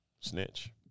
snitch